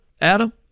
Adam